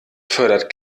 fördert